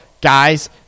guys